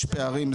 יש פערים,